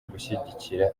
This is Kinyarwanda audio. gushyigikira